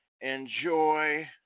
enjoy